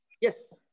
Yes